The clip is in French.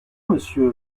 monsieur